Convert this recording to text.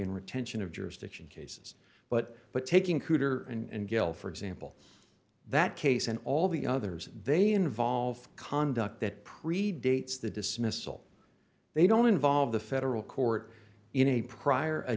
and retention of jurisdiction cases but but taking cooter and gail for example that case and all the others they involve conduct that predates the dismissal they don't involve the federal court in a prior